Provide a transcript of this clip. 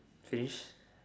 trees